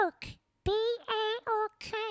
B-A-R-K